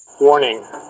Warning